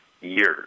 years